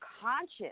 conscious